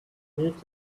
need